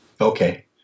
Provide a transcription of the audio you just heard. Okay